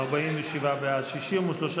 הסתייגות 49 לא נתקבלה.